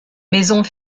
maisons